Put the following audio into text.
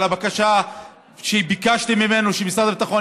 על הבקשה שביקשתי ממנו שמשרד הביטחון